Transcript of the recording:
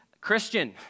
Christian